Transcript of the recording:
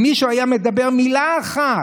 אם מישהו היה מדבר מילה אחת